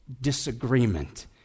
disagreement